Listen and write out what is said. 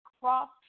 cross